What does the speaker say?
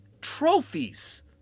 trophies